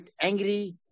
angry